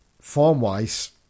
Form-wise